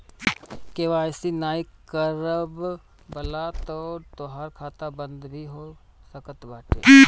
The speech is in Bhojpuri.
के.वाई.सी नाइ करववला पअ तोहार खाता बंद भी हो सकत बाटे